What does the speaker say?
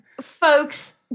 Folks